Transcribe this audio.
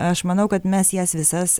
aš manau kad mes jas visas